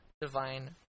divine